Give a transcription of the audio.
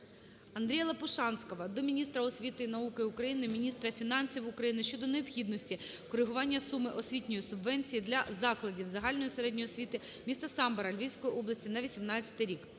АндріяЛопушанського до міністра освіти і науки України, міністра фінансів України щодо необхідності коригування суми освітньої субвенції для закладів загальної середньої освіти міста Самбора Львівської області на 2018 рік.